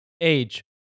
age